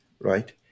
right